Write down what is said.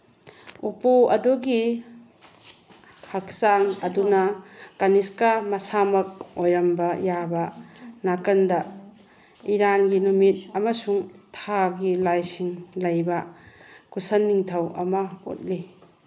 ꯎꯄꯨ ꯑꯗꯨꯒꯤ ꯍꯛꯆꯥꯡ ꯑꯗꯨꯅ ꯀꯥꯅꯤꯁꯀꯥ ꯃꯁꯥꯃꯛ ꯑꯣꯏꯔꯝꯕ ꯌꯥꯕ ꯅꯥꯀꯟꯗ ꯏꯔꯥꯟꯒꯤ ꯅꯨꯃꯤꯠ ꯑꯃꯁꯨꯡ ꯊꯥꯒꯤ ꯂꯥꯏꯁꯤꯡ ꯂꯩꯕ ꯀꯨꯁꯟ ꯅꯤꯡꯊꯧ ꯑꯃ ꯎꯠꯂꯤ